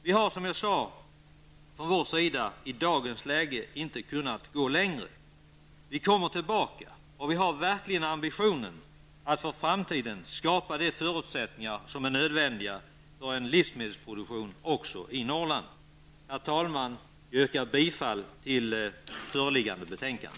Vi moderater har, som jag sade, inte kunnat gå längre än vad vi har gjort. Vår ambition för framtiden är verkligen att skapa de förutsättningar som är nödvändiga för en livsmedelsproduktion också i Norrland. Herr talman! Jag yrkar bifall till hemställan i föreliggande betänkande.